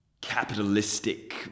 capitalistic